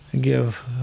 give